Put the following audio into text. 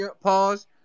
pause